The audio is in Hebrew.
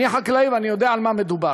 אני חקלאי, ואני יודע על מה מדובר.